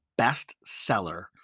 bestseller